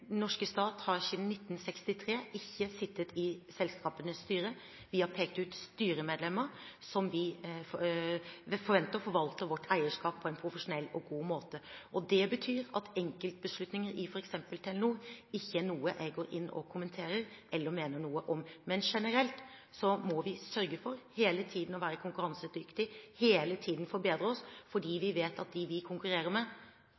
Den norske stat har siden 1963 ikke sittet i selskapenes styre. Vi har pekt ut styremedlemmer som vi forventer forvalter vårt eierskap på en profesjonell og god måte. Det betyr at enkeltbeslutninger i f.eks. Telenor ikke er noe jeg kommenterer eller går inn og mener noe om. Men generelt må vi sørge for hele tiden å være konkurransedyktige og hele tiden forbedre oss, fordi vi vet at de vi konkurrerer med,